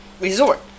resort